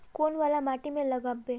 कौन वाला माटी में लागबे?